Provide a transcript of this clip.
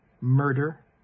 murder